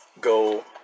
go